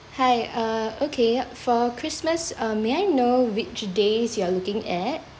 hi uh okay for christmas uh may I know which days you are looking at